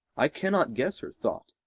i cannot guess her thought,